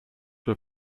were